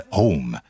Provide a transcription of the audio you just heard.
home